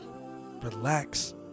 relax